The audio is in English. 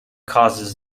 causes